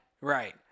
right